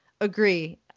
agree